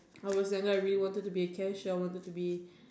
I was younger I really wanted to be a cashier I wanted to be